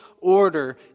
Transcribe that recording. order